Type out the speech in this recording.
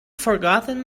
forgotten